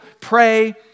pray